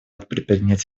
предпринять